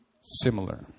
similar